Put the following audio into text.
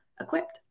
equipped